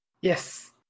Yes